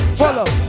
follow